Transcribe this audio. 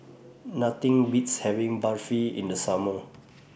Nothing Beats having Barfi in The Summer